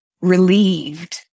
relieved